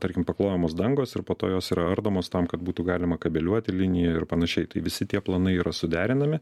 tarkim paklojamos dangos ir po to jos yra ardomos tam kad būtų galima kabliuoti liniją ir panašiai tai visi tie planai yra suderinami